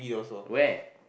where